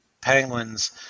Penguins